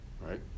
right